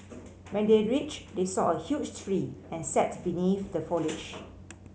when they reached they saw a huge tree and sat beneath the foliage